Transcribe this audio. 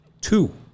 Two